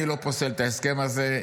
אני לא פוסל את ההסכם הזה.